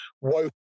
woke